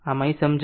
આમ અહીં સમજાવું